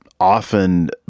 often